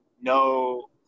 no